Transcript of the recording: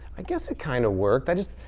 i guess it kind of worked. i just.